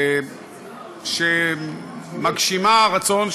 שמגשימה רצון,